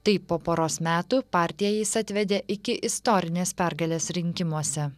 taip po poros metų partiją jis atvedė iki istorinės pergalės rinkimuose